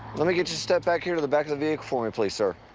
let me get you to step back here to the back of the vehicle for me, please, sir.